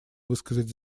высказать